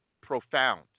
profound